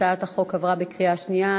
הצעת החוק עברה בקריאה שנייה.